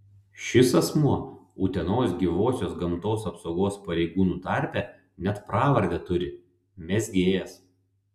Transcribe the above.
šis asmuo utenos gyvosios gamtos apsaugos pareigūnų tarpe net pravardę turi mezgėjas